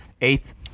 eighth